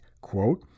quote